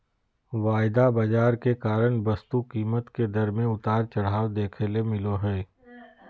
वायदा बाजार के कारण वस्तु कीमत के दर मे उतार चढ़ाव देखे ले मिलो जय